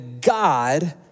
God